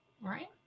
Right